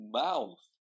mouth